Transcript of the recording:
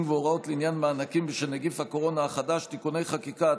והוראות לעניין מענקים בשל נגיף הקורונה החדש (תיקוני חקיקה),